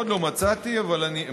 עוד לא מצאתי אבל אני אמצא,